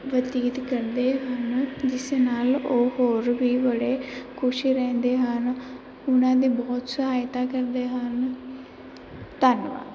ਬਤੀਤ ਕਰਦੇ ਹਨ ਜਿਸ ਨਾਲ ਉਹ ਹੋਰ ਵੀ ਬੜੇ ਖੁਸ਼ ਰਹਿੰਦੇ ਹਨ ਉਹਨਾਂ ਦੇ ਬਹੁਤ ਸਹਾਇਤਾ ਕਰਦੇ ਹਨ ਧੰਨਵਾਦ